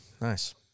Nice